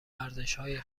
ارزشهای